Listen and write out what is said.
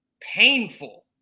painful